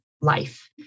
life